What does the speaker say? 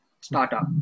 startup